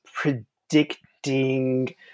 predicting